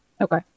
Okay